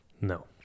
No